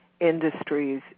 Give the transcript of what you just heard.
industries